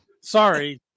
Sorry